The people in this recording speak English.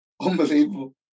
Unbelievable